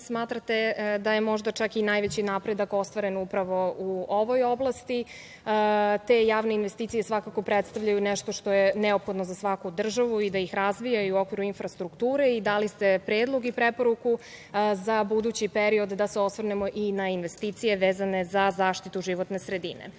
smatrate da je možda čak i najveći napredak ostvaren upravo u ovoj oblasti. Te javne investicije svakako predstavljaju nešto što je neophodno za svaku državu i da ih razvijaju u okviru infrastrukture i dali ste predlog i preporuku za budući period, da se osvrnemo i na investicije vezane za zaštitu životne sredine. Takođe,